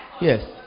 Yes